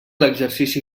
exercici